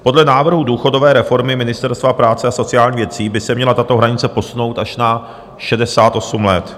Podle návrhu důchodové reformy Ministerstva práce a sociálních věcí by se měla tato hranice posunout až na 68 let.